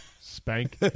Spank